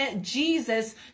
Jesus